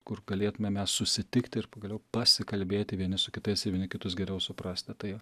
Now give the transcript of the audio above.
kur galėtume mes susitikti ir pagaliau pasikalbėti vieni su kitais ir vieni kitus geriau suprasti va tai